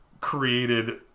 created